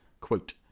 Quote